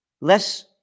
less